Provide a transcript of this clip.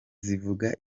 zivuga